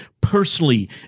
personally